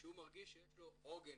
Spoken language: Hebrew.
שהוא מרגיש שיש לו עוגן,